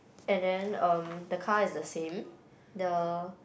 and then um the car is the same the